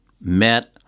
met